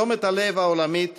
תשומת הלב העולמית